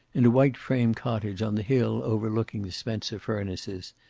in a white frame cottage on the hill overlooking the spencer furnaces,